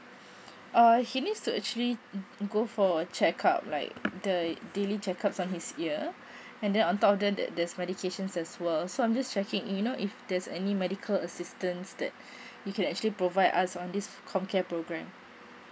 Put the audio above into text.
err he needs to actually go for check up like the daily checkups on his ear and then on top of that there's medications as well so I'm just checking do you know if there's any medical assistance that you can actually provide us on this comcare program